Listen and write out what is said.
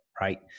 Right